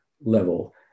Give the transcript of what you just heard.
level